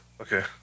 Okay